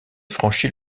franchit